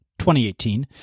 2018